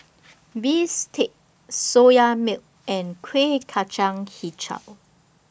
Bistake Soya Milk and Kuih Kacang Hijau